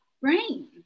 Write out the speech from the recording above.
brain